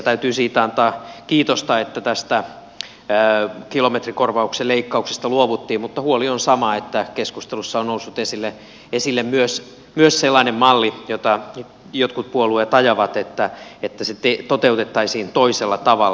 täytyy siitä antaa kiitosta että kilometrikorvauksen leikkauksesta luovuttiin mutta huoli on sama että keskusteluissa on noussut esille myös sellainen malli jota jotkut puolueet ajavat että se toteutettaisiin toisella tavalla